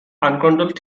uncontrolled